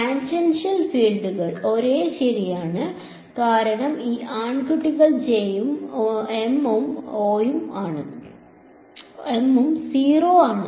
tangential ഫീൽഡുകൾ ഒരേ ശരിയാണ് കാരണം ഈ ആൺകുട്ടികൾ J ഉം M ഉം 0 ആണ്